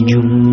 Jum